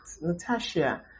Natasha